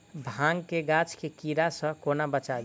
भांग केँ गाछ केँ कीड़ा सऽ कोना बचाबी?